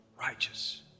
righteous